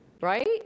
right